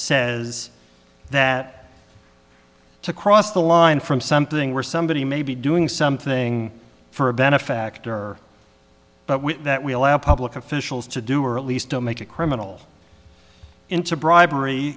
says that to cross the line from something where somebody may be doing something for a benefactor but with that we allow public officials to do or at least make it criminal into bribery